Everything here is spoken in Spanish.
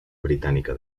británica